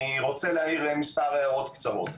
אני רוצה להעיר מספר הערות קצרות.